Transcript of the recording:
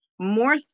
more